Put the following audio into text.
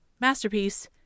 masterpiece